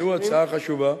העלו הצעה חשובה.